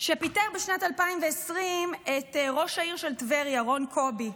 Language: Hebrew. שפיטר בשנת 2020 את ראש העיר של טבריה, רון קובי,